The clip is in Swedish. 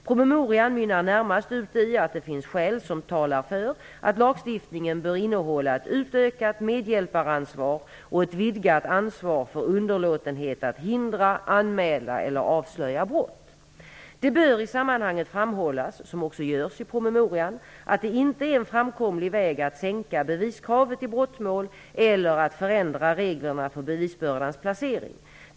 Promemorian mynnar närmast ut i att det finns skäl som talar för att lagstiftningen bör innehålla ett utökat medhjälparansvar och ett vidgat ansvar för underlåtenhet att hindra, anmäla eller avslöja brott. Det bör i sammanhanget framhållas, som också görs i promemorian, att det inte är en framkomlig väg att sänka beviskravet i brottmål eller att förändra reglerna för bevisbördans placering.